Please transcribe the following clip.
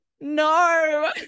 no